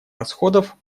расходов